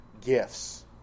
gifts